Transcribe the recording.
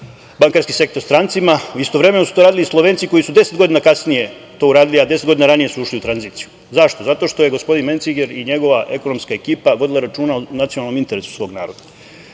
bankarski sektor strancima, istovremeno su to radili i Slovenci koji su 10 godina kasnije to uradili, a 10 godina ranije su ušli u tranziciju. Zašto? Zato što je gospodin Menciger i njegova ekonomska ekipa vodila računa o nacionalnom interesu svog naroda. Vi